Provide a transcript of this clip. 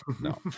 no